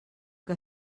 que